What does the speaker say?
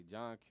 John